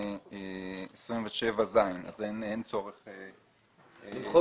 אין צורך להקריא אותו.